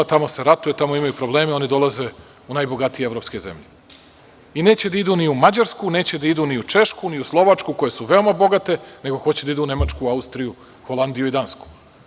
Tamo se ratuje i tamo imaju problem i oni dolaze u najbogatije evropske zemlje i neće da idu ni u Mađarsku, ni u Češku, ni u Slovačku, koje su veoma bogate, nego hoće da idu u Nemačku, Austriju, Holandiju i Dansku.